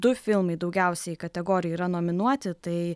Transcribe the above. du filmai daugiausiai kategorijų yra nominuoti tai